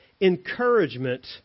encouragement